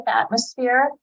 atmosphere